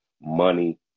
Money